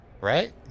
Right